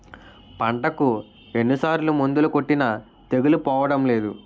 పంటకు ఎన్ని సార్లు మందులు కొట్టినా తెగులు పోవడం లేదు